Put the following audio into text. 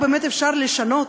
שנתיים,